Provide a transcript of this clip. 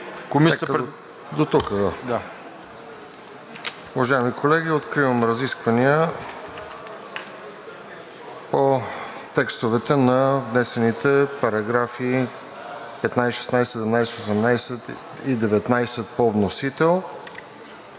РОСЕН ЖЕЛЯЗКОВ: Дотук. Уважаеми колеги, откривам разискванията по текстовете на внесените параграфи 15, 16, 17, 18 и 19 по вносител,